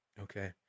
Okay